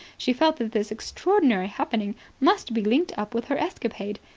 she felt that this extraordinary happening must be linked up with her escapade.